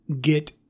get